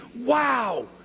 wow